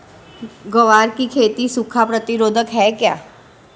ग्वार की खेती सूखा प्रतीरोधक है क्या?